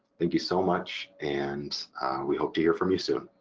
thank you so much and we hope to hear from you soon.